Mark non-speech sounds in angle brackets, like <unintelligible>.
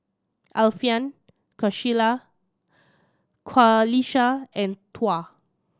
Alfian <unintelligible> Qalisha and Tuah